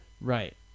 right